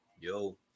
yo